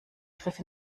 griff